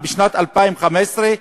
שנת 2015,